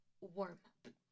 warm-up